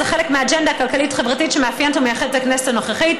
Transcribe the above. זה חלק מהאג'נדה הכלכלית-חברתית שמאפיינת ומייחדת את הכנסת הנוכחית.